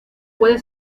puede